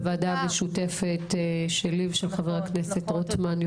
בוועדה משותפת שלי ושל חבר הכנסת רוטמן,